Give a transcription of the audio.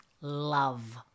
love